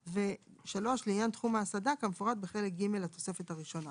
(3) לעניין תחום ההסעדה כמפורט בחלק ג'1 לתוספת הראשונה,